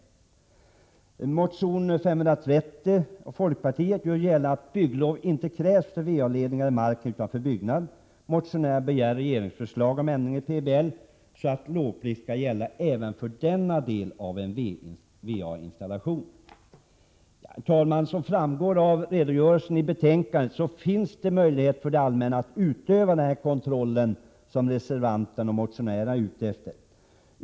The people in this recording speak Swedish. I motion Bo530 av folkpartiet görs gällande att bygglov inte krävs för va-ledningar i marken utanför byggnad. Motionärerna begär regeringsförslag om ändring i PBL, så att lovplikt skall gälla även för denna del av en var-installation. Som framgår av redogörelsen i betänkandet, herr talman, finns det möjlighet för det allmänna att utöva den kontroll som reservanterna och motionärerna är ute efter.